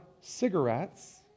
cigarettes